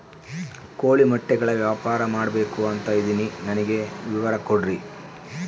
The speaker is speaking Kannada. ಕೋಳಿ ಮೊಟ್ಟೆಗಳ ವ್ಯಾಪಾರ ಮಾಡ್ಬೇಕು ಅಂತ ಇದಿನಿ ನನಗೆ ವಿವರ ಕೊಡ್ರಿ?